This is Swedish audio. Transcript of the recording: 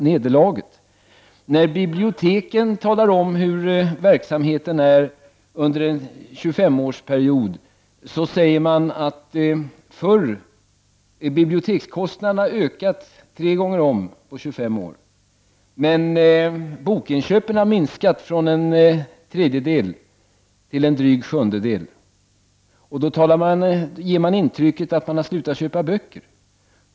När biblioteken talar om hur verksamheten har utvecklats under en 25 årsperiod, säger man att bibliotekskostnaderna har ökat tre gånger om i reellt värde på 25 år men att bokinköpens andel har minskat från en tredjedel till en dryg sjundedel. På det sättet ger man intrycket att biblioteken har slutat köpa böcker.